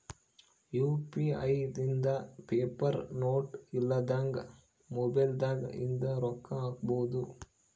UPI ಇಂದ paper note ಇಲ್ದಂಗ mobile ದಾಗ ಇಂದ ರೊಕ್ಕ ಹಕ್ಬೊದು